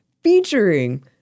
featuring